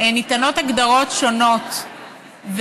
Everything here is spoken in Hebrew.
ניתנות הגדרות שונות,